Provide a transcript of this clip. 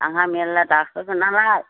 आंहा मेल्ला दाखागोन नालाय